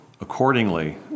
accordingly